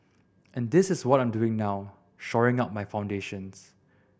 and this is what I'm doing now shoring up my foundations